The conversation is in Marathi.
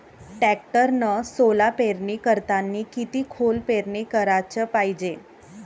टॅक्टरनं सोला पेरनी करतांनी किती खोल पेरनी कराच पायजे?